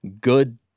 good